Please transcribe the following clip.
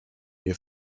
mir